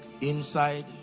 inside